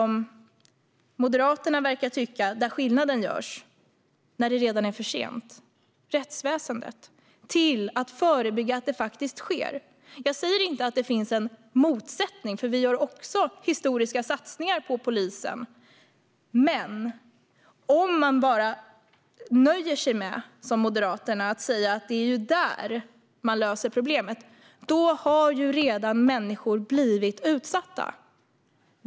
Moderaterna verkar tycka att skillnaden ska göras när det redan är för sent, det vill säga i rättsväsendet. Vi flyttar fokus till att förebygga att det sker. Jag säger inte att det finns en motsättning, för vi gör också historiska satsningar på polisen. Moderaterna nöjer sig dock med att säga att det är där man löser problemet. Men då har ju redan människor blivit utsatta.